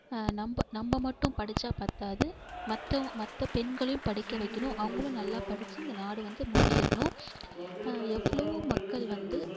நம்ம நம்ம மட்டும் படித்தா பத்தாது மற்றவங்க மற்ற பெண்களையும் படிக்க வைக்கணும் அவங்களும் நல்லா படித்து இந்த நாடு வந்து முன்னேறணும் எவ்வளவோ மக்கள் வந்து